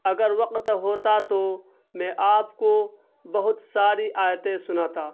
اگر وقت ہوتا تو میں آپ کو بہت ساری آیتیں سناتا